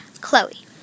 Chloe